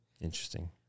Interesting